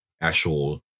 actual